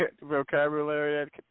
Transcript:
vocabulary